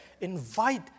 invite